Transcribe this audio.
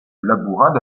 labourat